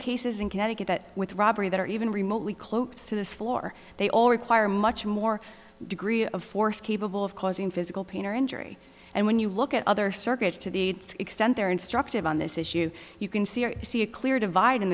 cases in connecticut that with robbery that are even remotely close to this floor they all require much more degree of force capable of causing physical pain or injury and when you look at other circuits to the extent they're instructive on this issue you can see i see a clear divide in